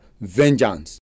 Vengeance